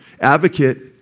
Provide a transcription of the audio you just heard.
Advocate